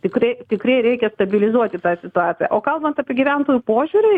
tikrai tikrai reikia stabilizuoti tą situaciją o kalbant apie gyventojų požiūrį